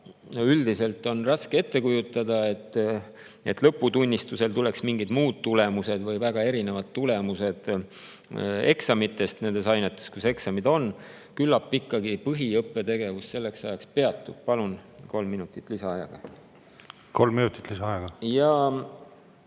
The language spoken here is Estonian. üldiselt raske ette kujutada – no et lõputunnistusele tuleks mingid muud, eksamitulemustest väga erinevad tulemused nendes ainetes, kus eksamid on. Küllap ikkagi põhiõppetegevus selleks ajaks peatub. Palun kolm minutit lisaaega. Kolm minutit lisaaega.